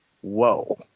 Whoa